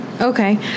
Okay